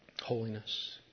holiness